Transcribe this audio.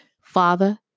Father